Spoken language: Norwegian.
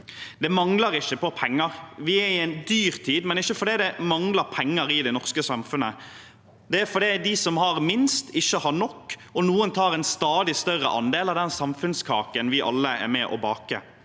Det mangler ikke på penger. Vi er i en dyrtid, men ikke fordi det mangler penger i det norske samfunnet. Det er fordi de som har minst, ikke har nok, og noen tar en stadig større andel av den samfunnskaken vi alle er med og baker.